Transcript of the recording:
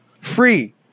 free